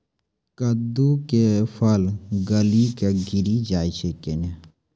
कददु के फल गली कऽ गिरी जाय छै कैने?